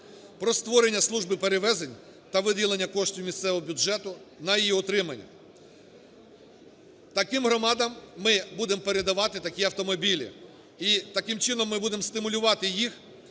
про створення служби перевезень та виділення коштів місцевого бюджету на її утримання. Таким громадам ми будемо передавати такі автомобілі, і таким чином ми будемо стимулювати їх